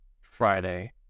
Friday